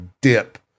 dip